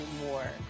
more